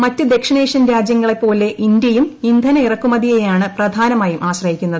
മറ്റ് ദക്ഷിണേഷ്യൻ രാജ്യങ്ങളെപ്പോലെ ഇന്ത്യയും ഇന്ധന ഇറക്കുമതിയെയാണ് പ്രധാനമായും ആശ്രയിക്കുന്നത്